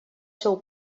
seu